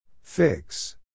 Fix